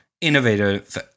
innovative